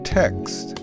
text